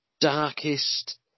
darkest